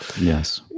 Yes